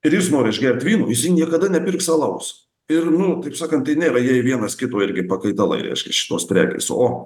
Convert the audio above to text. ir jis nori išgert vyno jisai niekada nepirks alaus ir nu taip sakant tai nėra jie į vienas kito irgi pakaitalai reiškia šitos prekės o